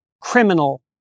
criminal